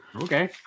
Okay